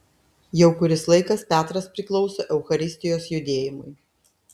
jau kuris laikas petras priklauso eucharistijos judėjimui